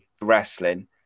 wrestling